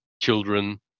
children